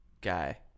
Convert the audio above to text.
guy